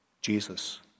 Jesus